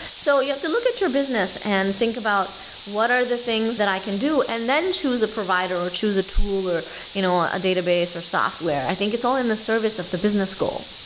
so you have to look at your business and think about what are the things that i can do, and then choose a provider or choose a tool or you know a database a database or software. i think it's all in the service of the business goal.